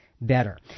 better